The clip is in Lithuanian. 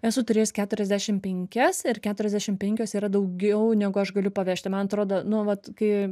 esu turėjus keturiasdešim penkias ir keturiasdešim penkios yra daugiau negu aš galiu pavežti man atrodo nu vat kai